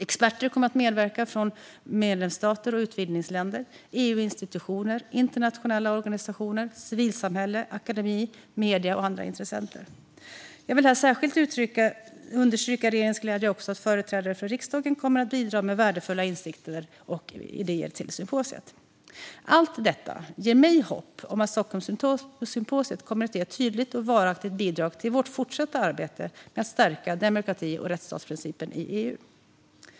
Experter kommer att medverka från medlemsstater och utvidgningsländer, EU:s institutioner, internationella organisationer, civilsamhälle, akademi, medier och andra intressenter. Jag vill här särskilt understryka regeringens glädje över att också företrädare för riksdagen kommer att bidra med värdefulla insikter och idéer till symposiet. Allt detta ger mig hopp om att Stockholmssymposiet kommer att ge ett tydligt och varaktigt bidrag till vårt fortsatta arbete med att stärka demokrati och rättsstatsprincipen i EU.